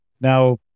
Now